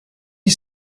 you